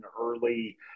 early